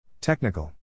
Technical